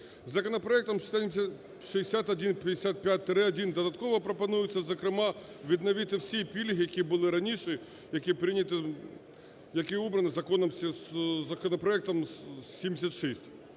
Законопроектом 6155-1 додатково пропонується, зокрема, відновити всі пільги, які були раніше, які прийняті, які обрані законопроектом 76.